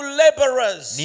laborers